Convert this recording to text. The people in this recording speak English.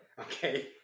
okay